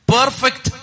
Perfect